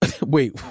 Wait